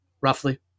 roughly